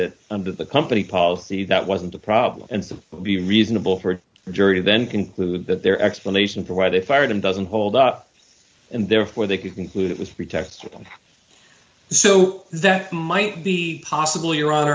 that under the company policy that wasn't a problem and to be reasonable for a jury then conclude that their explanation for why they fired him doesn't hold up and therefore they could conclude it was pretextual so that might be possibl